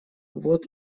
вот